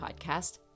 podcast